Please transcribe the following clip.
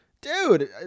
Dude